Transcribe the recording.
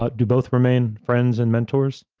ah do both remain friends and mentors?